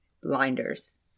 blinders